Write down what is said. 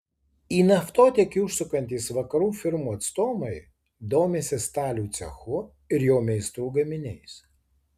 į naftotiekį užsukantys vakarų firmų atstovai domisi stalių cechu ir jo meistrų gaminiais